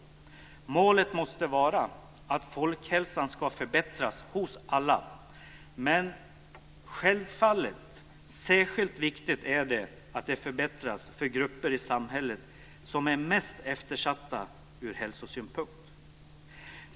Målet måste vara att hälsan ska förbättras för alla, men det är självfallet särskilt viktigt att den förbättras för de grupper i samhället som är mest eftersatta ur hälsosynpunkt.